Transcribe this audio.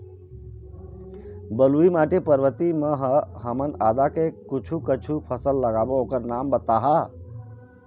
बलुई माटी पर्वतीय म ह हमन आदा के कुछू कछु फसल लगाबो ओकर नाम बताहा?